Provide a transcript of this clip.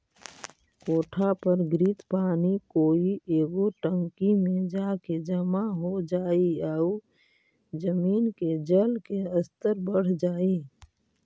कोठा पर गिरित पानी कोई एगो टंकी में जाके जमा हो जाई आउ जमीन के जल के स्तर बढ़ जाई